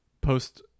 post